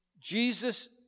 Jesus